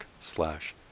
slash